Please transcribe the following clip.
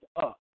up